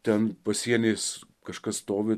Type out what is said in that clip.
ten pasieniais kažkas stovi